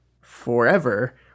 forever